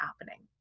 happening